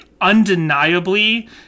undeniably